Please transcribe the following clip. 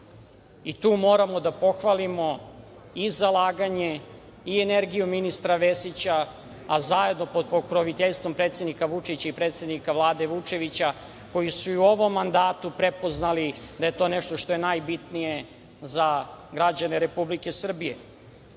Tu moramo da pohvalimo i zalaganje i energiju ministra Vesića, a zajedno pod pokroviteljstvom predsednika Vučića i predsednika Vlade Vučevića, koji su i u ovom mandatu prepoznali da je to nešto što je najbitnije za građane Republike Srbije. Upravo